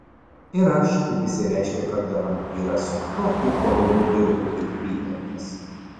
ir aš kaip išsireiškė kartą vampyras su tokiu uolumu dirbu kaip vygandas